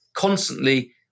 constantly